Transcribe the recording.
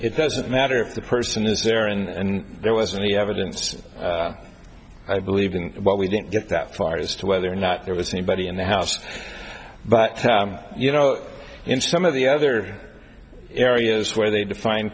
it doesn't matter if the person is there and there wasn't any evidence i believe in what we didn't get that far as to whether or not there was anybody in the house but you know in some of the other areas where they define